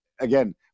again